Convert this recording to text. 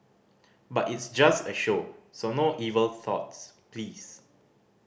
but it's just a show so no evil thoughts please